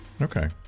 Okay